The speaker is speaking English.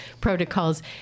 protocols